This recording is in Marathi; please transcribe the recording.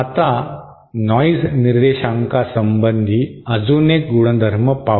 आता नॉइज निर्देशांकासंबंधी अजून एक गुणधर्म पाहू